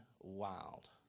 wild